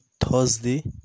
Thursday